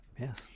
Yes